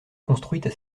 construites